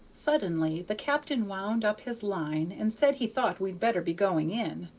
suddenly the captain wound up his line and said he thought we'd better be going in,